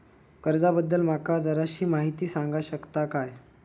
कर्जा बद्दल माका जराशी माहिती सांगा शकता काय?